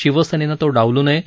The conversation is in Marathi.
शिवसेनेनं तो डावलू नये